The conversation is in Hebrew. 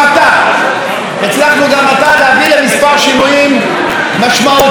הצלחנו גם עתה להביא לכמה שינויים משמעותיים בחוק הזה.